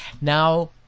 Now